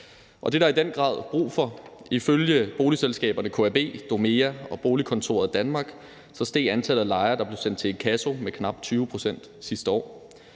det er der i den grad brug for. Ifølge boligselskaberne KAB, Domea og Boligkontoret Danmark steg antallet af lejere, der blev sendt til inkasso, med knap 20 pct. sidste år.